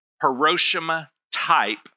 Hiroshima-type